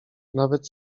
nawet